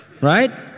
right